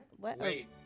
Wait